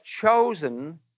chosen